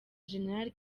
gen